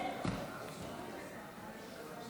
שאל, אין לי בעיה של כבוד.